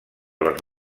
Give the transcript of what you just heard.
les